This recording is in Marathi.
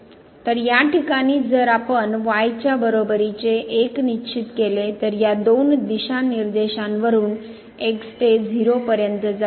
तर या ठिकाणी जर आपण y च्या बरोबरीचे 1 निश्चित केले तर या दोन दिशानिर्देशांवरून x ते 0 पर्यंत जा